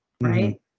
right